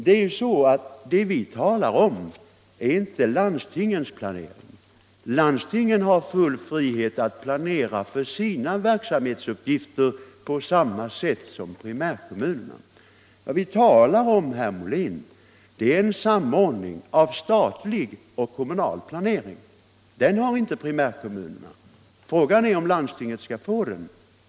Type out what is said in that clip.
Det är ju så att det vi talar om är inte landstingens planering. Landstingen harfull frihet att planera för sina verksamhetsuppgifter på samma sätt som primärkommunerna. Vad vi talar om, herr Molin, är en samordning av statlig och kommunal planering. Det har inte primärkommunerna — frågan är om landstingen skall få en sådan.